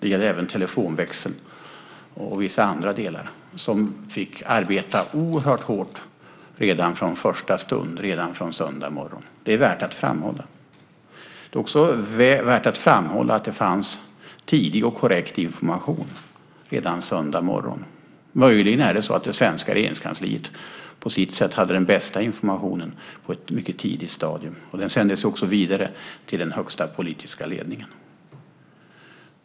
Det gäller även telefonväxeln och en del andra delar som fick arbeta oerhört hårt redan från första stund, från söndagsmorgonen. Det är värt att framhålla. Det är också värt att framhålla att det fanns tidig och korrekt information redan på söndagsmorgonen. Möjligen hade det svenska Regeringskansliet på sitt sätt den bästa informationen på ett mycket tidigt stadium, och den sändes också vidare till den högsta politiska ledningen.